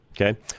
Okay